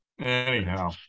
Anyhow